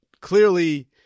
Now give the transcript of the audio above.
clearly